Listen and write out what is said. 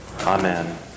Amen